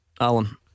Alan